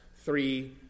three